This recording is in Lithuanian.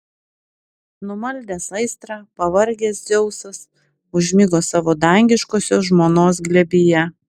numaldęs aistrą pavargęs dzeusas užmigo savo dangiškosios žmonos glėbyje